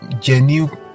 genuine